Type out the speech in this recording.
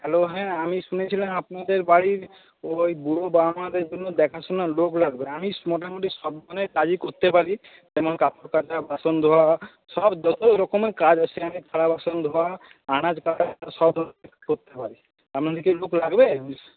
hello হ্যাঁ আমি শুনেছিলাম আপনাদের বাড়ির ওই বুড়ো বাবা মাদের জন্য দেখাশোনার লোক লাগবে আমি মোটামুটি সব ধরণের কাজই করতে পারি জামাকাপড় কাচা বাসন ধোয়া সব যত রকমের কাজ আছে আমি থালা বাসন ধোয়া আনাজ কাটা সব ধরনের করতে পারি আপনাদের কি লোক লাগবে